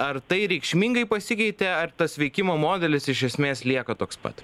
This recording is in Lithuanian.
ar tai reikšmingai pasikeitė ar tas veikimo modelis iš esmės lieka toks pat